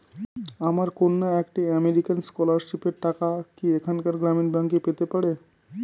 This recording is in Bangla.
আমার কন্যা একটি আমেরিকান স্কলারশিপের টাকা কি এখানকার গ্রামীণ ব্যাংকে পেতে পারে?